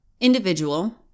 individual